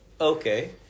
Okay